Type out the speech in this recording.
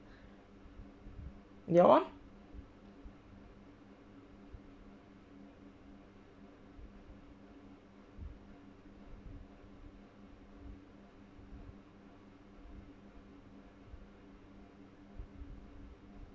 go on